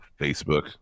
Facebook